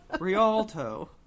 Rialto